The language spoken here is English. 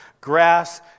grass